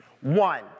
One